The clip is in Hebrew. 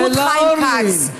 אורלי.